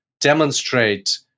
demonstrate